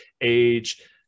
age